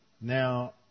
Now